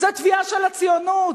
זו תביעה של הציונות.